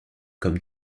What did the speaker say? comme